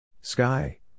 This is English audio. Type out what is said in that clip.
Sky